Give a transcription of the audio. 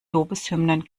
lobeshymnen